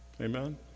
Amen